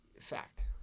Fact